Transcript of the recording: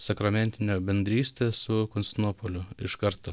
sakramentinę bendrystę su konstinopoliu iš karto